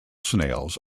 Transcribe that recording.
snails